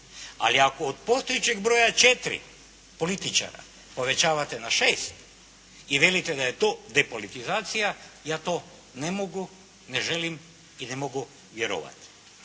Ali, ako od postojećeg broja četiri političara povećavate na šest i velite da je to depolitizacija, ja to ne mogu, ne želim i ne mogu vjerovati.